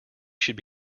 should